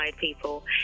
people